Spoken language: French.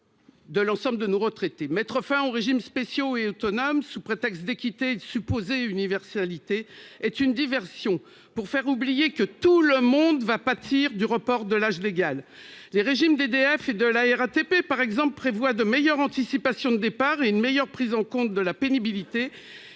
en 2019, d'environ 6 %. Mettre fin aux régimes spéciaux et autonomes sous prétexte d'équité et de supposée universalité est une diversion visant à faire oublier que tout le monde pâtira du report de l'âge légal de départ à la retraite. Les régimes d'EDF et de la RATP, par exemple, prévoient de meilleures anticipations de départ et une meilleure prise en compte de la pénibilité.